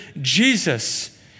Jesus